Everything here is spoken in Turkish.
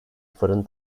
fırın